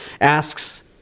asks